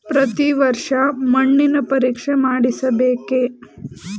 ಪ್ರತಿ ವರ್ಷ ಮಣ್ಣಿನ ಪರೀಕ್ಷೆ ಮಾಡಿಸಬೇಕೇ?